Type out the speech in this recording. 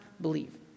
believe